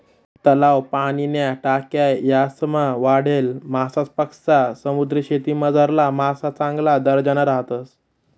तलाव, पाणीन्या टाक्या यासमा वाढेल मासासपक्सा समुद्रीशेतीमझारला मासा चांगला दर्जाना राहतस